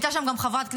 הייתה שם גם חברת כנסת,